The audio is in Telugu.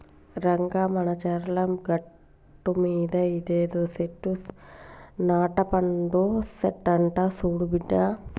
రంగా మానచర్ల గట్టుమీద ఇదేదో సెట్టు నట్టపండు సెట్టంట సూడు బిడ్డా